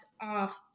off